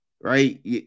Right